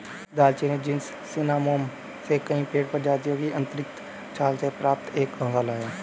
दालचीनी जीनस सिनामोमम से कई पेड़ प्रजातियों की आंतरिक छाल से प्राप्त एक मसाला है